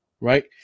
right